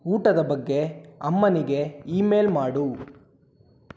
ಊಟದ ಬಗ್ಗೆ ಅಮ್ಮನಿಗೆ ಈಮೇಲ್ ಮಾಡು